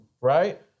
right